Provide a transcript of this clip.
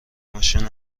ماشین